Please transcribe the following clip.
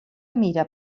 mira